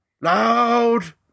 Loud